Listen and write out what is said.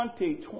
2020